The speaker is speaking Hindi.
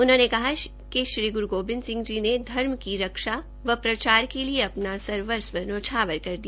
उन्होने कहा कि श्री ग्रु गोबिंद सिह ने धर्म की रक्षा व प्रचार के लिए सर्वस्व न्यौछावर कर दिया